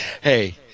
Hey